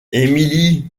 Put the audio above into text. émilie